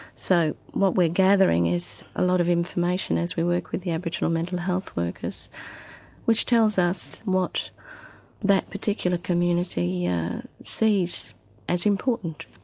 so what we are gathering is a lot of information as we work with the aboriginal mental health workers which tells us what that particular community yeah sees as important.